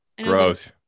Gross